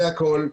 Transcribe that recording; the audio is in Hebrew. זה הכול.